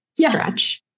stretch